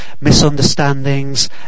misunderstandings